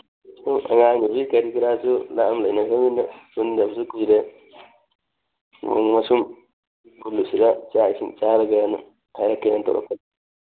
ꯁꯨꯝ ꯑꯉꯥꯡ ꯅꯨꯄꯤ ꯀꯔꯤ ꯀꯔꯥꯁꯨ ꯂꯥꯞꯅ ꯂꯩꯅꯒ꯭ꯔꯝꯅꯤꯅ ꯄꯨꯟꯗꯕꯁꯨ ꯀꯨꯏꯔꯦ ꯅꯣꯡꯃ ꯁꯨꯝ ꯄꯨꯜꯂꯨꯁꯤꯔꯥ ꯆꯥꯛ ꯏꯁꯤꯡ ꯆꯥꯔꯒꯅ ꯍꯥꯏꯔꯛꯛꯦꯅ ꯇꯧꯔꯛꯄꯅꯤ